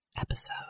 episode